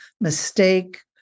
mistake